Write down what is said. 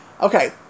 Okay